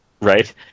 Right